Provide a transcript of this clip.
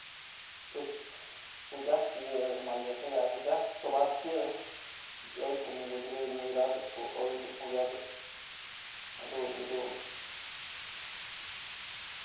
Pues jukyatë yë, mayë jaya'ay jukyatë t'sobat yë yoy ko'o winkusëkëndy ko'o oy dun mujyatëp jadun yëdun.